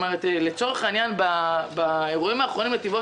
לצורך העניין באירועים האחרונים בנתיבות